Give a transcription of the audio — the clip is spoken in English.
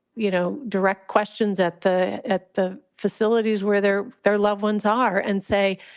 you know, direct questions at the at the facilities where their their loved ones are and say,